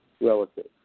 relative